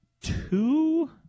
two